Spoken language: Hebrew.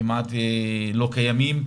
כמעט ולא קיימים,